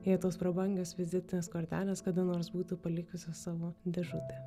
jei tos prabangios vizitinės kortelės kada nors būtų palikusios savo dėžutę